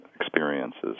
experiences